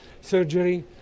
surgery